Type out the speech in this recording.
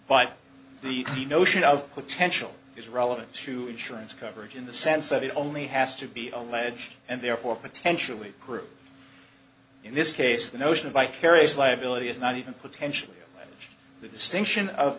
by the notion of potential is relevant to insurance coverage in the sense that it only has to be alleged and therefore potentially group in this case the notion of vicarious liability is not even potential the distinction of